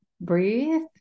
breathe